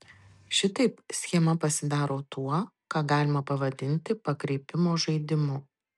šitaip schema pasidaro tuo ką galima pavadinti pakreipimo žaidimu